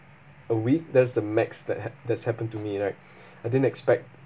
a week that was the max that hap~ that's happened to me right I didn't expect